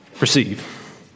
receive